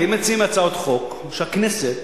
אתם מציעים הצעות חוק, שהכנסת